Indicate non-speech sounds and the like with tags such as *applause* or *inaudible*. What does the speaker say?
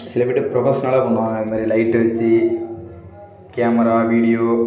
சில பேர்கிட்ட *unintelligible* ப்ரொஃபஷனலாக பண்ணுவாங்கள் அது மாரி லைட்டு வச்சி கேமரா வீடியோ